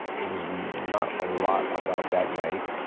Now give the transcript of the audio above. it was not a lot about that night,